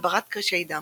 הגברת קרישי דם,